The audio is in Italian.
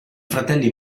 fratelli